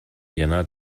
jänner